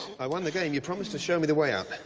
i won the game, you promised to show me the way out.